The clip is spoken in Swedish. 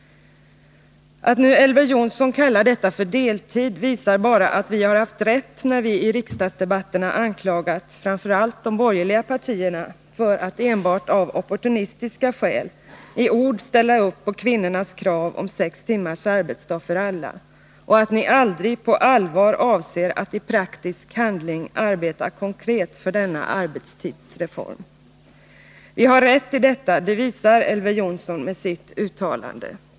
Att nu Elver Jonsson kallar detta för deltid visar bara att vi har haft rätt när vi i riksdagsdebatterna anklagat framför allt de borgerliga partierna för att enbart av opportunistiska skäl i ord ställa upp på kvinnornas krav om sextimmars arbetsdag för alla — att ni aldrig på allvar avser att i praktisk handling arbeta konkret för denna arbetstidsreform. Vi har rätt i detta — det visar Elver Jonsson med sitt uttalande.